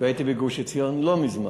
הייתי בגוש-עציון לא מזמן,